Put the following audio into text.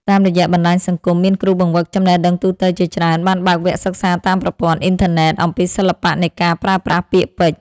តាមរយៈបណ្ដាញសង្គម មានគ្រូបង្វឹកចំណេះដឹងទូទៅជាច្រើនបានបើកវគ្គសិក្សាតាមប្រព័ន្ធអ៊ីនធឺណិត អំពីសិល្បៈនៃការប្រើប្រាស់ពាក្យពេចន៍។